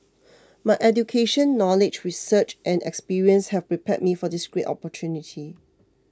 my education knowledge research and experience have prepared me for this great opportunity